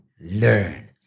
learn